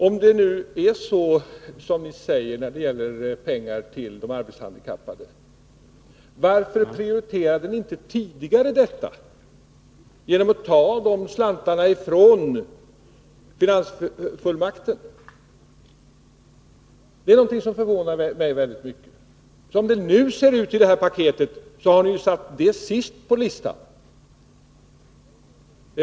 Om det nu är så som ni säger när det gäller pengar till de arbetshandikappade, varför prioriterade ni inte tidigare detta genom att ta de slantarna från finansfullmakten? Det är någonting som förvånar mig väldigt mycket. Som det nu ser ut, har ni satt detta sist på listan.